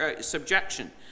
subjection